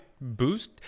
boost